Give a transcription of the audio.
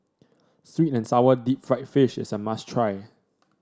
sweet and sour Deep Fried Fish is a must try